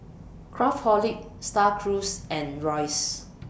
Craftholic STAR Cruise and Royce